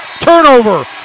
Turnover